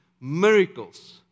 miracles